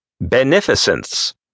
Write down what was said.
Beneficence